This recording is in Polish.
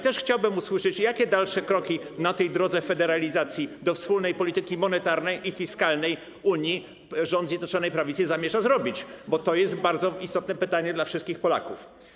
Też chciałbym usłyszeć, jakie dalsze kroki na drodze federalizacji, do wspólnej polityki monetarnej i fiskalnej Unii rząd Zjednoczonej Prawicy zamierza zrobić, bo to jest bardzo istotne pytanie dla wszystkich Polaków.